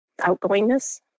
outgoingness